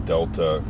Delta